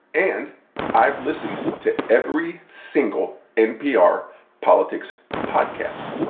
and i've listened to every single npr politics podcast.